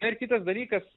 na ir kitas dalykas